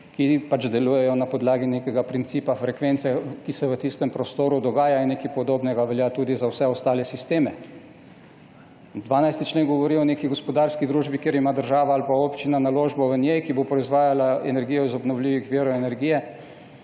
ki delujejo na podlagi nekega principa frekvence, ki se v tistem prostoru dogaja. Nekaj podobnega velja tudi za vse ostale sisteme. 12. člen govori o neki gospodarski družbi, kjer ima država ali pa občina naložbo v njej, ki bo proizvajala energijo iz obnovljivih virov energije